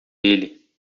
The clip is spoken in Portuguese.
ele